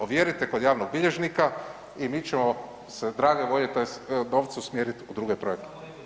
Ovjerite kod javnog bilježnika i mi ćemo se drage volje tj. novce usmjeriti u druge projekte.